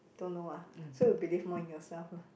don't know ah so you believe more in yourself lah